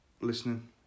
listening